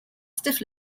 stiff